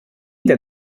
dal